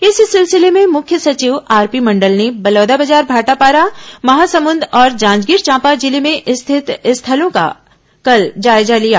इस सिलसिले में मुख्य सचिव आरपी मंडल ने बलौदाबाजार भाटापारा महासमुंद और जांजगीर चांपा जिले में स्थित स्थलों का कल जायजा लिया